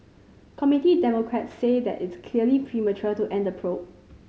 Committee Democrats say that it's clearly premature to end the probe